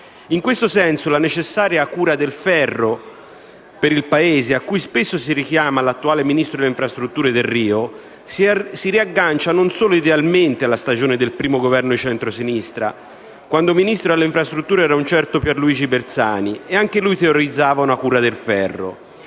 In questo senso la necessaria "cura del ferro" per il Paese, a cui spesso si richiama il ministro delle infrastrutture Delrio, si riaggancia non solo idealmente alla stagione del primo Governo di centrosinistra, quando ministro alle infrastrutture era un certo Pier Luigi Bersani e anche lui teorizzava una cura del ferro.